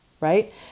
Right